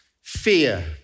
Fear